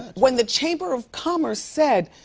when the chamber of commerce said,